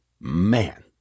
man